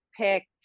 picked